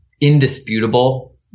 indisputable